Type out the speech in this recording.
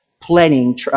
planning